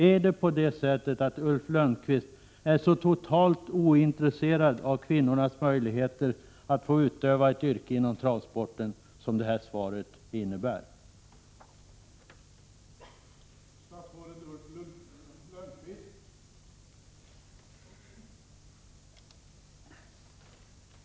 Är Ulf Lönnqvist så totalt ointresserad av kvinnornas möjligheter att utöva ett yrke inom travsporten som svaret ger intryck av?